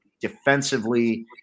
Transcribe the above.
defensively